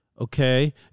okay